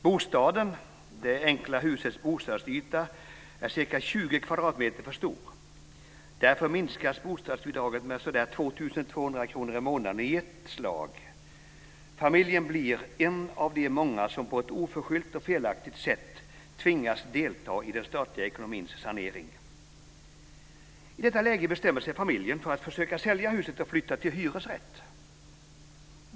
Bostaden, det enkla husets bostadsyta, är ca 20 kvadratmeter för stor. Därför minskas bostadsbidraget med ca 2 200 kr i månaden i ett slag. Familjen blir en av de många som på ett oförskyllt och felaktigt sätt tvingas delta i den statliga ekonomins sanering. I detta läge bestämmer sig familjen för att försöka sälja huset och flytta till hyresrätt.